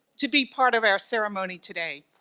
to be part of our ceremony today.